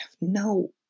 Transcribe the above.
no